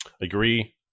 Agree